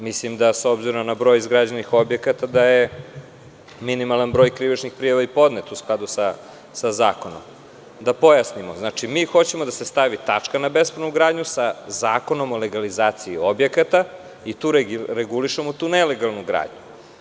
Mislim da s obzirom na broj izgrađenih objekata da je minimalan broj krivičnih prijava podnet u skladu sa zakonom Da pojasnim, hoćemo da se stavi tačka na bespravnu gradnju, sa Zakonom o legalizaciji objekata i tu da regulišemo tu nelegalnu gradnju.